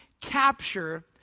capture